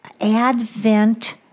Advent